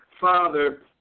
father